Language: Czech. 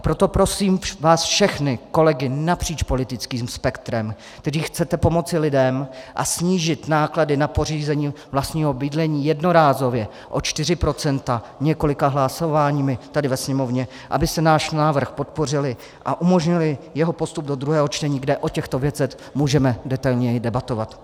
Proto prosím vás všechny, kolegy, napříč politickým spektrem, kteří chcete pomoci lidem a snížit náklady na pořízení vlastního bydlení jednorázově o 4 % několika hlasováními tady ve Sněmovně, abyste nás návrh podpořili a umožnili jeho postup do druhého čtení, kde o těchto věcech můžeme detailněji debatovat.